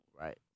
Right